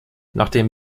nachdem